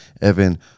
Evan